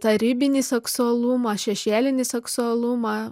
tą ribinį seksualumą šešėlinį seksualumą